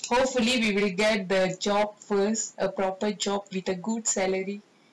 hopefully we will get the job first a proper job with a good salary